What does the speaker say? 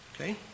Okay